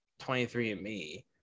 23andMe